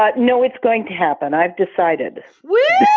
ah no, it's going to happen. i've decided. woo.